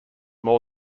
more